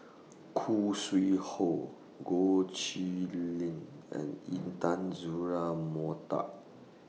Khoo Sui Hoe Goh Chiew Lye and Intan Azura Mokhtar